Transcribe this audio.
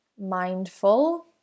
mindful